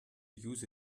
use